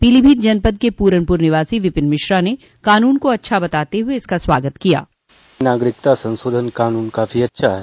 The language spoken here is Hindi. पीलोभीत जनपद के पूरनपुर निवासी विपिन मिश्रा ने कानून को अच्छा बताते हुए इसका स्वागत किया है बाइट नागरिकता संशोधन कानून काफी अच्छा है